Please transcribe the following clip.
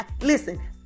Listen